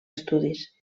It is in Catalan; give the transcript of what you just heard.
estudis